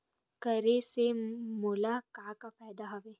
करे से मोला का का फ़ायदा हवय?